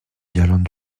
d’irlande